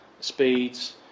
speeds